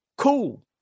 cool